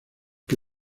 que